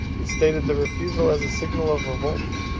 he stated the refusal as a signal of revolt